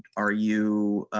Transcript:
are you a.